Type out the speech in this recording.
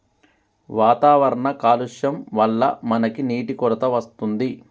వాతావరణ కాలుష్యం వళ్ల మనకి నీటి కొరత వస్తుంది